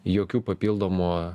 jokių papildomų